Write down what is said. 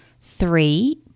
Three